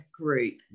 Group